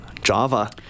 Java